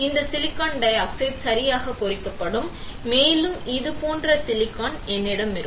இந்த silicon dioxide சரியாக பொறிக்கப்படும் மேலும் இது போன்ற சிலிக்கான் என்னிடம் இருக்கும்